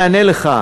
אני אענה לך.